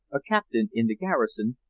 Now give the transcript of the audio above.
a captain in the garrison,